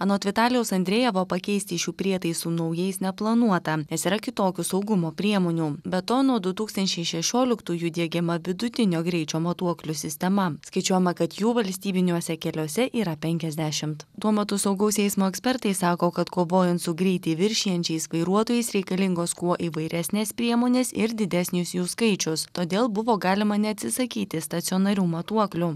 anot vitalijaus andrejevo pakeisti šių prietaisų naujais neplanuota nes yra kitokių saugumo priemonių be to nuo du tūkstančiai šešioliktųjų diegiama vidutinio greičio matuoklių sistema skaičiuojama kad jų valstybiniuose keliuose yra penkiasdešimt tuo matu saugaus eismo ekspertai sako kad kovojant su greitį viršijančiais vairuotojais reikalingos kuo įvairesnės priemonės ir didesnis jų skaičius todėl buvo galima neatsisakyti stacionarių matuoklių